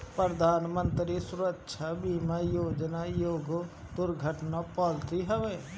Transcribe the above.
प्रधानमंत्री सुरक्षा बीमा योजना एगो दुर्घटना पॉलिसी हवे